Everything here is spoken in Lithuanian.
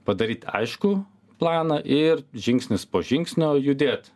padaryt aiškų planą ir žingsnis po žingsnio judėt